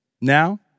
Now